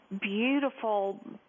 beautiful